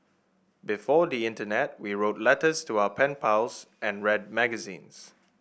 before the internet we wrote letters to our pen pals and read magazines